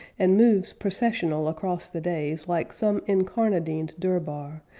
and moves processional across the days like some encarnadined durbar,